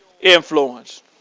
influence